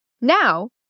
Now